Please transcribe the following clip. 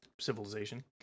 civilization